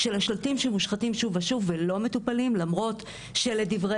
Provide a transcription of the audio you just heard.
של השלטים שמושחתים שוב ושוב ולא מטופלים למרות שלדברי